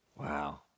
Wow